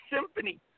Symphony